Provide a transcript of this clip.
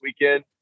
weekend